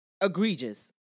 egregious